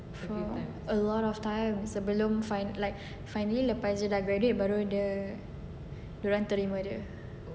for a lot of times sebelum final like final year lepas dia dah graduate baru dia orang terima dia